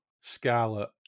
Scarlet